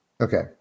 Okay